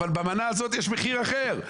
אבל במנה הזאת יש מחיר אחר.